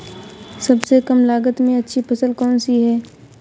सबसे कम लागत में अच्छी फसल कौन सी है?